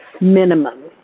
minimum